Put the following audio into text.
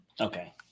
Okay